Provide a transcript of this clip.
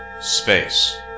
Space